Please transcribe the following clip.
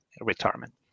retirement